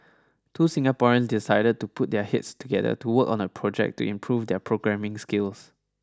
two Singaporeans decided to put their heads together to work on a project to improve their programming skills